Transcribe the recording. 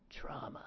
trauma